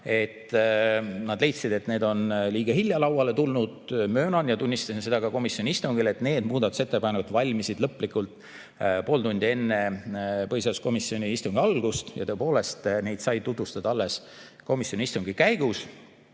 Nad leidsid, et need on liiga hilja lauale tulnud. Möönan ja tunnistasin seda ka komisjoni istungil, et need muudatusettepanekud valmisid lõplikult pool tundi enne põhiseaduskomisjoni istungi algust. Tõepoolest, neid sai tutvustada alles komisjoni istungi käigus.